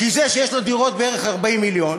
כי זה שיש לו דירות בערך 40 מיליון